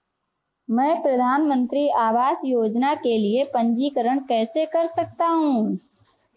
मैं प्रधानमंत्री आवास योजना के लिए पंजीकरण कैसे कर सकता हूं?